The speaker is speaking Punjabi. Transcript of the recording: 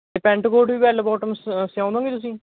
ਪੈਂਟ ਕੋਟ ਵੀ ਵੈਲ ਵੋਟਮ ਸ ਸਿਉਂ ਦੋਗੇ ਤੁਸੀਂ